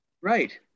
right